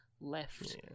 left